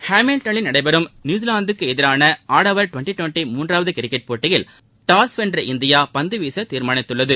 ஹாமில்டனில் நடைபெறும் நியூசிலாந்திற்கு எதிரான ஆடவர் டுவெள்டி டுவெள்டி மூன்றாவது கிரிக்கெட் போட்டியில் டாஸ் வென்ற இந்தியா பந்து வீச தீர்மானித்தது